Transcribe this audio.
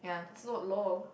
it's not long